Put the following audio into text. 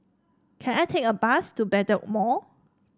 can I take a bus to Bedok Mall